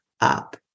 up